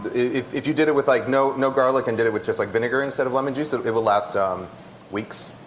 if if you did it with like no no garlic and did it with just like vinegar instead lemon juice it it will last um weeks.